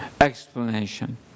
Explanation